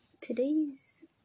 Today's